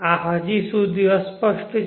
આ હજી સુધી અસ્પષ્ટ છે